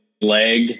leg